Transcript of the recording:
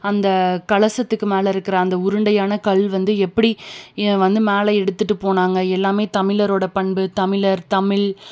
அந்த கலசத்துக்கு மேலே இருக்கிற அந்த உருண்டையான கல் வந்து எப்படி ஏ வந்து மேலே எடுத்துகிட்டு போனாங்க எல்லாம் தமிழரோடய பண்பு தமிழர் தமிழ்